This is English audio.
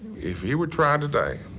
if he were tried today,